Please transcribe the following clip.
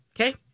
Okay